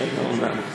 האומנם?